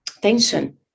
tension